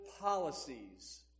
policies